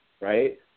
right